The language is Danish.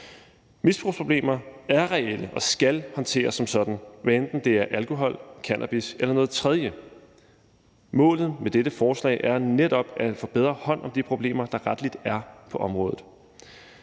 Misbrugsproblemer er reelle og skal håndteres som sådan, hvad enten det er alkohol, cannabis eller noget tredje. Målet med dette forslag er netop at tage bedre hånd om de problemer, der rettelig er på området.